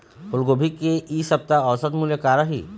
फूलगोभी के इ सप्ता औसत मूल्य का रही?